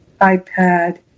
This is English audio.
iPad